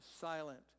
silent